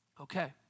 Okay